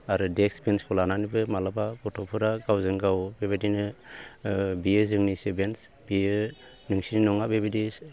आरो देस्क बेन्चखौ लानानैबो माब्लाबा गथ'फोरा गावजों गाव बेबायदिनो बियो जोंनिसो बेन्च बेयो नोंसोरनि नङा बेबायदि